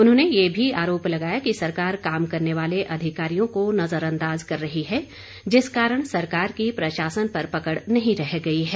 उन्होंने ये भी आरोप लगाया कि सरकार काम करने वाले अधिकारियों को नजरअंदाज कर रही है जिस कारण सरकार की प्रशासन पर पकड़ नहीं रह गई है